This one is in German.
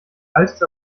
altes